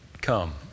come